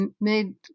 made